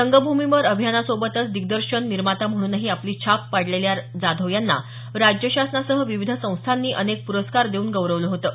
रंगभूमीवर अभिनया सोबतच दिग्दर्शन निर्माता म्हणूनही आपली छाप पाडलेल्या जाधव यांना राज्यशासनासह विविध संस्थांनी अनेक प्रस्कार देऊन गौरवलं होतं